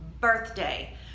birthday